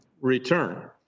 return